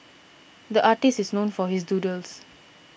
the artist is known for his doodles